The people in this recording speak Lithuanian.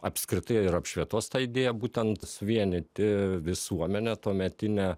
apskritai ir apšvietos idėja būtent suvienyti visuomenę tuometinę